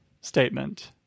statement